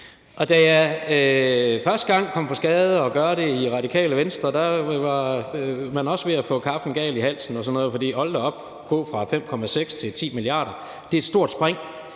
Da jeg første gang kom for skade at gøre det i Radikale Venstre, var man også ved at få kaffen galt i halsen og sådan noget, for hold da op, at gå fra 5,6 mia. kr. til 10 mia. kr. er et stort spring.